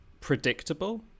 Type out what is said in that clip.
predictable